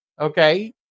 Okay